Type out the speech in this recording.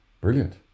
Brilliant